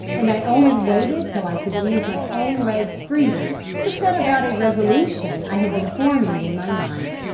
and i only waited till i could use my own legs freely, to set about a resolution i had been forming in my mind.